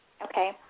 Okay